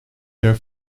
there